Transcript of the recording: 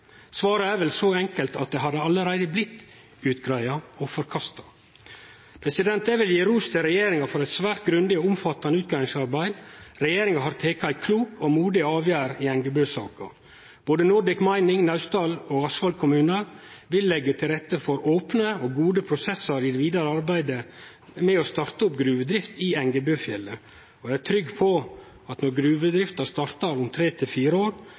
Svaret er vel så enkelt som at det allereie hadde blitt greidd ut – og forkasta. Eg vil gje ros til regjeringa for eit svært grundig og omfattande utgreiingsarbeid. Regjeringa har teke ei klok og modig avgjerd i Engebø-saka. Både Nordic Mining, Naustdal kommune og Askvoll kommune vil leggje til rette for opne og gode prosessar i det vidare arbeidet med å starte opp gruvedrift i Engebøfjellet. Eg er trygg på at når gruvedrifta startar om